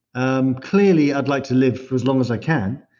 um clearly, i'd like to live for as long as i can,